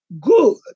good